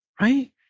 right